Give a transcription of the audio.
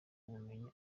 ubumenyi